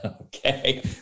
Okay